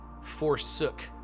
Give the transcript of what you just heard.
forsook